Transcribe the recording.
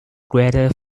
greater